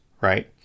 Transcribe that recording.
right